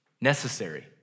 necessary